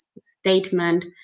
statement